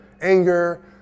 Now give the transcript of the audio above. anger